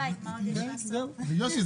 יוסי,